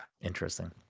Interesting